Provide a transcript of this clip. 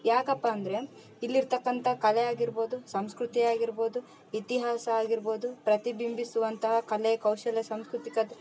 ಯಾಕಪ್ಪಾ ಅಂದರೆ ಇಲ್ಲಿರ್ತಕ್ಕಂಥ ಕಲೆ ಆಗಿರ್ಬೌದು ಸಂಸ್ಕೃತಿ ಆಗಿರ್ಬೌದು ಇತಿಹಾಸ ಆಗಿರ್ಬೌದು ಪ್ರತಿಬಿಂಬಿಸುವಂಥ ಕಲೆ ಕೌಶಲ್ಯ ಸಂಸ್ಕೃತಿಯದ್ದು